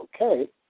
okay